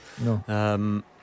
no